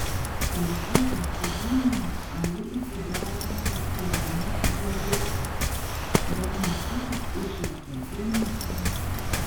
parvykęs į vilnių ali įsidarbino restorane hediard bet netrukus išlėkė į nicą